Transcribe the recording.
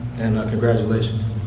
and congratulations.